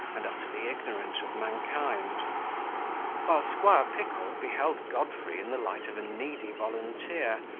and utterly ignorant of mankind while squire pickle beheld godfrey in the light of a needy volunteer,